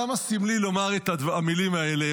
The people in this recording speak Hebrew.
כמה סמלי לומר את המילים האלה,